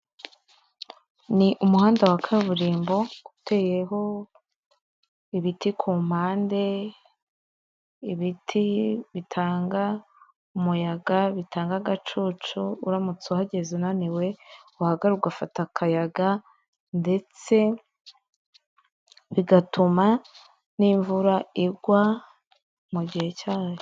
Ni umuhanda wa kaburimbo uteyeho ibiti kumpande, ibiti bitanga umuyaga bitanga agacucu uramutse uhageze unaniwe wahagarara ugafata akayaga ndetse bigatuma n'imvura igwa mu gihe cyayo.